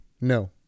no